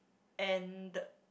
and